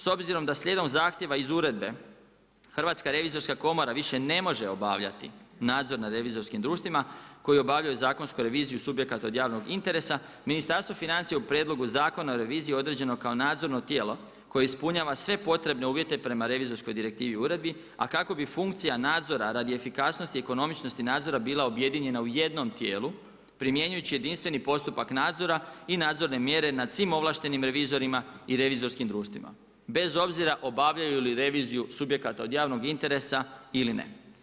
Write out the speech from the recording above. S obzirom da slijedom zahtjeva iz uredbe Hrvatska revizorska komora više ne može obavljati nadzor nad revizorskim društvima koji obavljaju zakonsku reviziju subjekata od javnog interesa Ministarstvo financija je u Prijedlogu Zakona o reviziji određeno kao nadzorno tijelo koje ispunjava sve potrebne uvjete prema revizorskoj direktivi i u uredbi, a kako bi funkcija nadzora radi efikasnosti i ekonomičnosti nadzora bila objedinjena u jednom tijelu primjenjujući jedinstveni postupak nadzora i nadzorne mjere nad svim ovlaštenim revizorima i revizorskim društvima, bez obzira obavljaju li reviziju subjekata od javnog interesa ili ne.